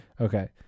Okay